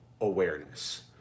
awareness